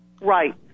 Right